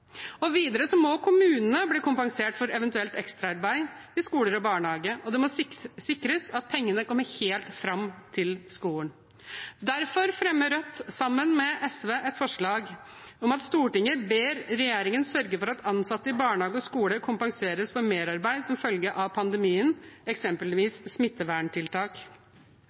Videre må kommunene bli kompensert for eventuelt ekstraarbeid til skoler og barnehage, og det må sikres at pengene kommer helt fram til skolen. Derfor fremmer Rødt, sammen med SV, et forslag om at «Stortinget ber regjeringen sørge for at ansatte i barnehage og skole kompenseres for merarbeid som følge av pandemien, eksempelvis smitteverntiltak.»